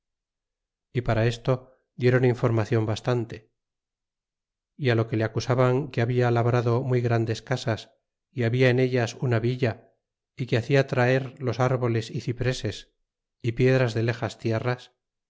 y para esto diéron informacion bastante y lo que le acusaban que habla labrado muy grandes casas y habla en ellas una villa y que hacia traer los árboles y cipreses y piedras de lexas tierras